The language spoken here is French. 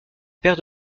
paire